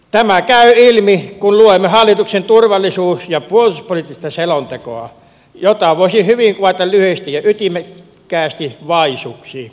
tämä käy ilmi kun luemme hallituksen turvallisuus ja puolustuspoliittista selontekoa jota voisi hyvin kuvata lyhyesti ja ytimekkäästi vaisuksi